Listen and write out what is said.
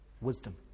wisdom